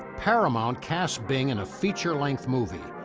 paramount cast bing in a feature length movie,